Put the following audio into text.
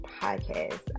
podcast